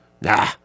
Nah